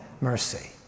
mercy